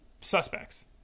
suspects